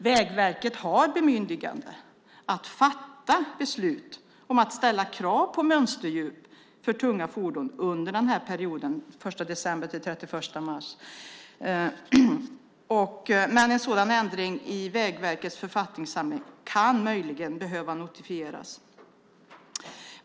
Vägverket har alltså bemyndigande att fatta beslut om att ställa krav på mönsterdjup för tunga fordon under den perioden. En sådan ändring i Vägverkets författningssamling kan dock möjligen behöva notifieras.